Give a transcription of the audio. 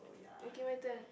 okay my turn